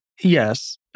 yes